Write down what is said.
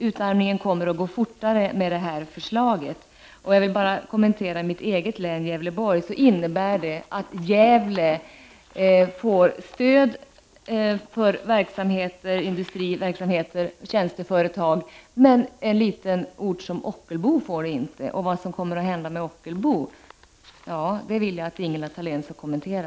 Utarmningen kommer att gå fortare med detta förslag. När det gäller mitt hemlän innebär förslaget att Gävle får stöd för industriverksamheter och tjänsteföretag, medan en liten ort som Ockelbo inte får det. Vad som kommer att hända med Ockelbo vill jag att Ingela Thalén skall kommentera.